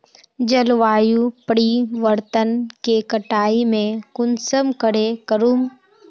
जलवायु परिवर्तन के कटाई में कुंसम करे करूम?